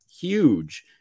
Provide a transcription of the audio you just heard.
huge